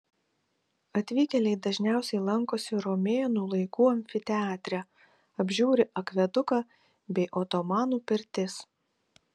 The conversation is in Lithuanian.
atvykėliai dažniausiai lankosi romėnų laikų amfiteatre apžiūri akveduką bei otomanų pirtis